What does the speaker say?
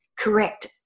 correct